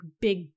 big